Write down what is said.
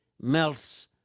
melts